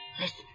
Listen